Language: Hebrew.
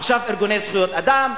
עכשיו ארגוני זכויות אדם,